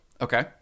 Okay